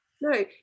No